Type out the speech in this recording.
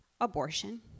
Abortion